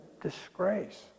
disgrace